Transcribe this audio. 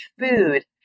food